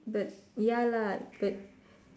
but ya lah but